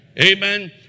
Amen